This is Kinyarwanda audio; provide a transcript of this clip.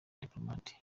diplomate